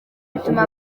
bituma